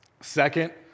Second